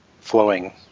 flowing